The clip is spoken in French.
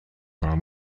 par